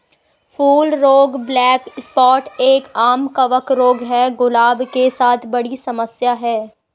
फूल रोग black spot एक, आम कवक रोग है, गुलाब के साथ बड़ी समस्या है